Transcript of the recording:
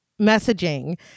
messaging